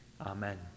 Amen